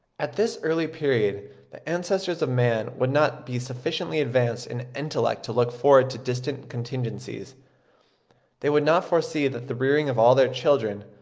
at this early period the ancestors of man would not be sufficiently advanced in intellect to look forward to distant contingencies they would not foresee that the rearing of all their children,